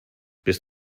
bist